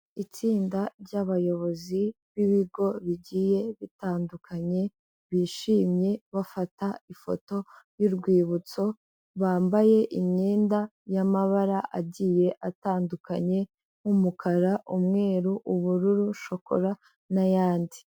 Itsinda ry'abayobozi b'ibigo bigiye bitandukanye, bishimye bafata ifoto y'urwibutso, bambaye imyenda y'amabara agiye atandukanye, nk'umukara, umweru, ubururu, shokora n'ayandi.